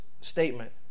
statement